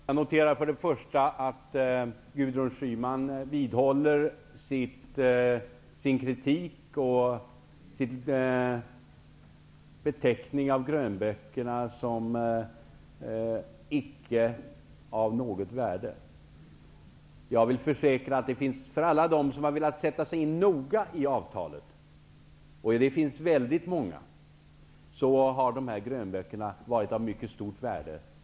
Herr talman! Jag noterar för det första att Gudrun Schyman vidhåller sin kritik och sin beteckning av grönböckerna som varande av icke något värde. Jag vill försäkra att för alla dem som har velat sätta sig in noga i avtalet, och de är väldigt många, har de här grönböckerna varit av mycket stort värde.